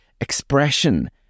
expression